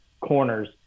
corners